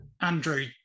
Andrew